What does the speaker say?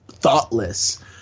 Thoughtless